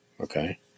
Okay